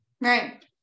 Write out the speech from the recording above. right